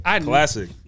classic